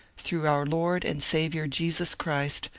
through our lord and saviour jesus christ,